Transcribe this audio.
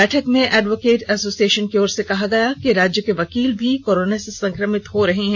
बैठक में advocate association की ओर से कहा गया कि राज्य के वकील भी कोरोना से संक्रमित हो रहे हैं